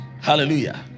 Hallelujah